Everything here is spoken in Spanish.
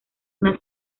una